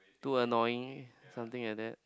too annoying something like that